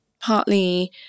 partly –